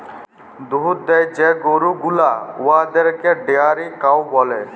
দুহুদ দেয় যে গরু গুলা উয়াদেরকে ডেয়ারি কাউ ব্যলে